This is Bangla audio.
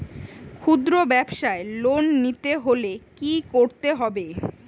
খুদ্রব্যাবসায় লোন নিতে হলে কি করতে হবে?